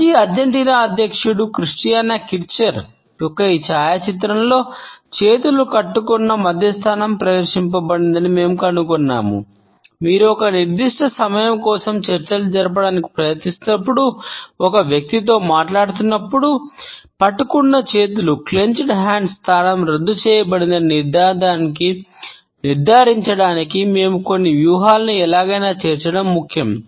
మాజీ అర్జెంటీనా స్థానం రద్దు చేయబడిందని నిర్ధారించడానికి మేము కొన్ని వ్యూహాలను ఎలాగైనా చేర్చడం ముఖ్యం